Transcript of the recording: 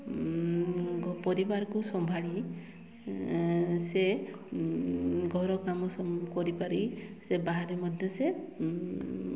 ପରିବାରକୁ ସମ୍ଭାଳି ସେ ଘର କାମ ସବୁ କରି ପାରି ସେ ବାହାରେ ମଧ୍ୟ ସେ